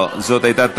זאת הייתה טעות.